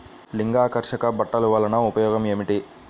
లింగాకర్షక బుట్టలు వలన ఉపయోగం ఏమిటి?